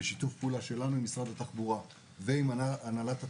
בשיתוף פעולה שלנו עם משרד התחבורה ועם עם הנהלת התחנה,